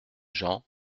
gens